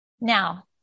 Now